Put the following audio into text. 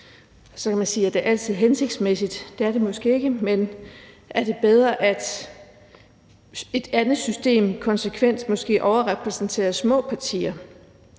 Så kan man spørge: Er det altid hensigtsmæssigt? Det er det måske ikke; men er det måske bedre, at et andet system f.eks. konsekvent overrepræsenterer små partier?